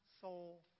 soul